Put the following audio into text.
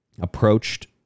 approached